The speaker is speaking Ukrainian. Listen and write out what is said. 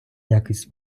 якість